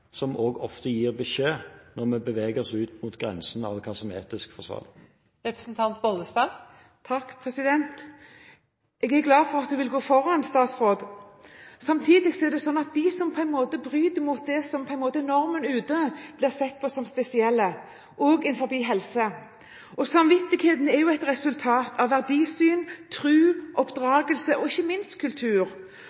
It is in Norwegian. som gir beskjed når vi beveger oss ut mot grensen av hva som er etisk forsvarlig. Jeg er glad for at statsråden vil gå foran. Samtidig er det sånn at de som bryter mot det som er normen ute, blir sett på som spesielle, også innenfor helse. Samvittigheten er et resultat av verdisyn,